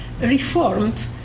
reformed